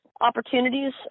opportunities